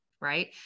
Right